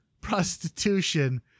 prostitution